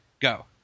Go